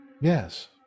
Yes